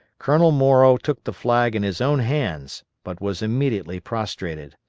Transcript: colonel morrow took the flag in his own hands, but was immediately prostrated.